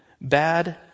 bad